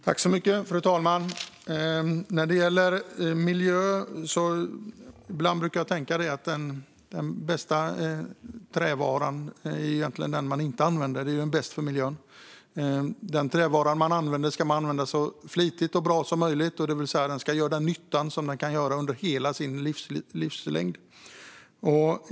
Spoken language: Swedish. Fru talman! När det gäller miljön brukar jag ibland tänka att den bästa trävaran är den man inte använder. Den är bäst för miljön. Den trävara man använder ska man använda så flitigt och bra som möjligt, det vill säga att den ska göra den nytta den kan göra under hela sin livslängd.